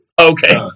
Okay